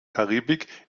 karibik